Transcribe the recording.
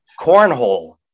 Cornhole